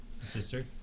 Sister